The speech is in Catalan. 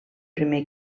primer